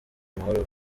amahoro